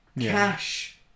Cash